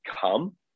come